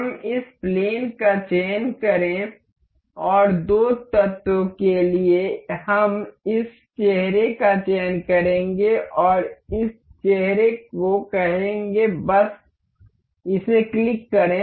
हम इस प्लेन का चयन करें और दो तत्वों के लिए हम इस चेहरे का चयन करेंगे और इस चेहरे को कहेंगे बस इसे क्लिक करें